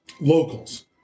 locals